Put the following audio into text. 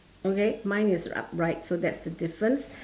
okay mine is upright so that's the difference